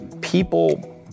people